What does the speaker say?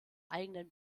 eigenen